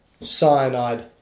cyanide